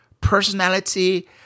personality